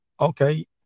Okay